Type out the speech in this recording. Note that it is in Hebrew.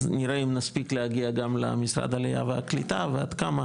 נראה אם נספיק להגיע גם למשרד העלייה והקליטה ועד כמה,